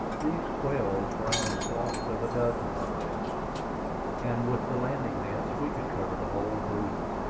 these quails ran in flocks of a dozen or less, and with the landing-nets we could cover the whole brood.